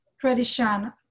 tradition